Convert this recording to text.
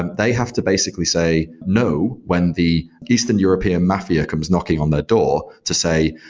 they have to basically say no when the eastern european mafia comes knocking on their door to say,